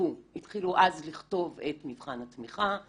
לכתוב את מבחן התמיכה.